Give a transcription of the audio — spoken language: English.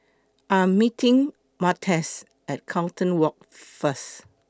I Am meeting Martez At Carlton Walk First